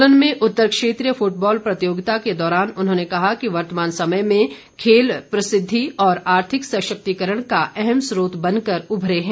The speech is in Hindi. सोलन में उत्तर क्षेत्रीय फुटबॉल प्रतियोगिता के दौरान उन्होंने कहा कि वर्तमान समय में खेल प्रसिद्धि और आर्थिक सशक्तिकरण का अहम स्रोत बनकर उमरे हैं